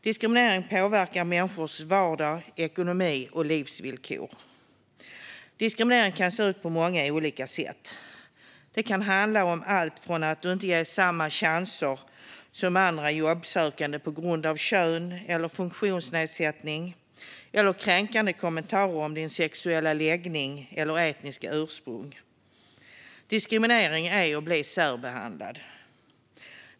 Diskriminering påverkar människors vardag, ekonomi och livsvillkor. Diskriminering kan se ut på många olika sätt. Det kan handla om allt från att du inte ges samma chanser som andra jobbsökande på grund av kön eller funktionsnedsättning till kränkande kommentarer om din sexuella läggning eller ditt etniska ursprung. Diskriminering är att bli särbehandlad.